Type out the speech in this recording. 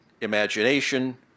imagination